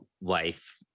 wife